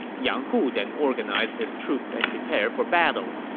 yang hu then organized his troops and prepared for battle.